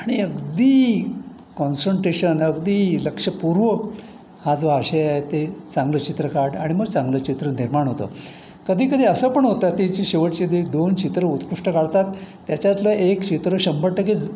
आणि अगदी कॉन्सन्ट्रेशन अगदी लक्षपूर्वक हा जो आशय आहे ते चांगलं चित्र काढ आणि मग चांगलं चित्र निर्माण होतं कधी कधी असं पण होतं ते जी शेवटची जी दोन चित्रं उत्कृष्ट काढतात त्याच्यातलं एक चित्र शंभर टक्के